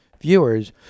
viewers